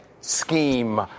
scheme